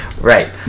Right